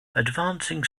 advancing